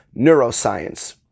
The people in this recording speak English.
neuroscience